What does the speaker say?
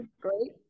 great